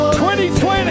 2020